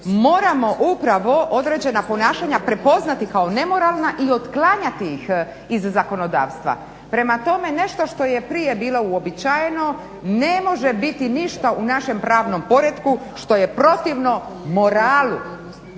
moramo upravo određena ponašanja prepoznati kao nemoralna i otklanjati ih iz zakonodavstva. Prema tome, nešto što je prije bilo uobičajeno ne može biti ništa u našem pravnom poretku što je protivno moralu,